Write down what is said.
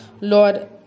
Lord